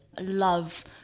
love